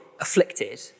afflicted